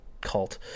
cult